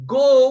go